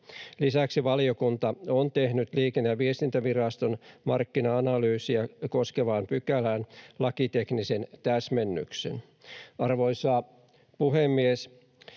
Lisäksi valiokunta on tehnyt Liikenne- ja viestintäviraston markkina-analyysiä koskevaan pykälään lakiteknisen täsmennyksen. Arvoisa puhemies!